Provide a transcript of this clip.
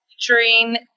featuring